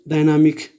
Dynamic